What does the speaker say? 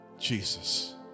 Jesus